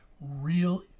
real